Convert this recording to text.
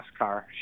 NASCAR